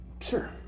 Sure